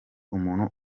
umuntu